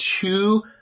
two